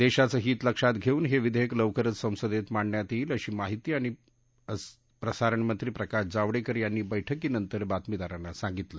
देशाच हित लक्षात घेऊन हे विधेयक लवकरच संसदेत मांडण्यात येईल असं माहिती आणि प्रसारण मंत्री प्रकाश जावडेकर यांनी बैठकीनंतर बातमीदारांना सांगितलं